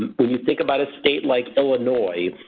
when you think about a state like illinois,